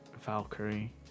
Valkyrie